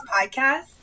podcast